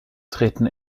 treten